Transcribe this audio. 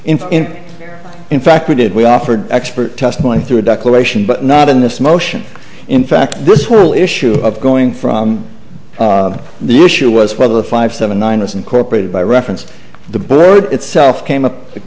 hard info in fact we did we offered expert testimony through a declaration but not in this motion in fact this will issue up going from the issue was whether the five seven nine was incorporated by reference the bird itself came up t